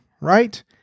right